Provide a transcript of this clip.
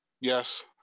Yes